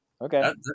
Okay